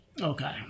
okay